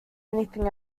anything